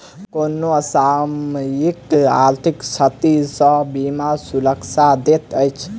कोनो असामयिक आर्थिक क्षति सॅ बीमा सुरक्षा दैत अछि